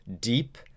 deep